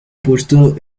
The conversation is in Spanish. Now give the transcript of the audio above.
puesto